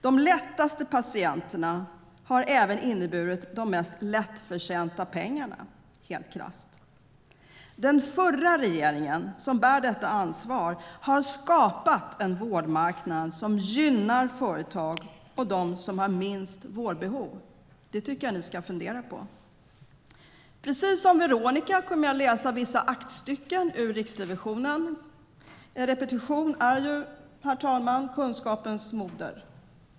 De lättaste patienterna har även inneburit de mest lättförtjänta pengarna, helt krasst. Den förra regeringen, som bär detta ansvar, har skapat en vårdmarknad som gynnar företag och dem som har minst vårdbehov. Det tycker jag att ni ska fundera på. Precis som Veronica Palm kommer jag att läsa vissa aktstycken ur Riksrevisionens rapport. Repetition är, herr talman, kunskapens moder.